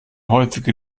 häufige